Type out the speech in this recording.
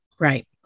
Right